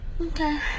Okay